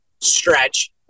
stretch